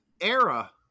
era